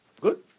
good